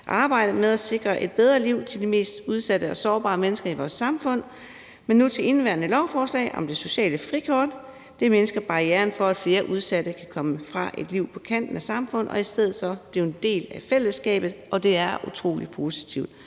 års arbejde med at sikre et bedre liv for de mest udsatte og sårbare mennesker i vores samfund. Men nu til indeværende lovforslag om det sociale frikort: Det mindsker barrieren for, at flere udsatte kan komme fra et liv på kanten af samfundet og i stedet blive en del af fællesskabet, og det er utrolig positivt.